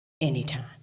Anytime